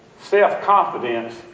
self-confidence